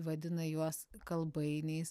vadina juos kalbainiais